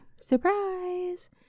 Surprise